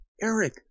Eric